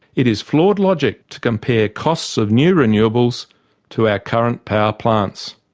it is flawed logic to compare costs of new renewables to our current power plants.